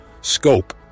scope